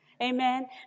Amen